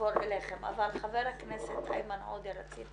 אעבור אליכם, אבל חבר הכנסת איימן עודה, רצית